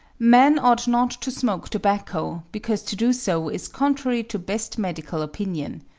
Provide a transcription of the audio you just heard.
men ought not to smoke tobacco, because to do so is contrary to best medical opinion.